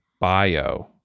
bio